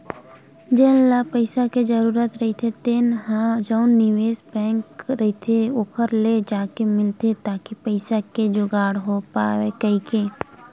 जेन ल पइसा के जरूरत रहिथे तेन ह जउन निवेस बेंक रहिथे ओखर ले जाके मिलथे ताकि पइसा के जुगाड़ हो पावय कहिके